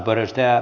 kiitos